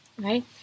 right